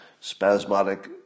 spasmodic